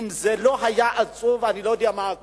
אם זה לא עצוב, אני לא יודע מה עצוב.